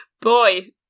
boy